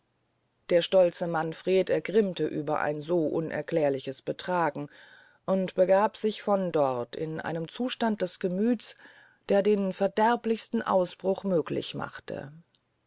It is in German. der stolze manfred ergrimmte über ein so unerklärliches betragen und begab sich von dort in einem zustande des gemüths der den verderblichsten ausbruch möglich machte